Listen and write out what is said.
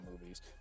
movies